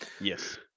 Yes